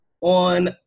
on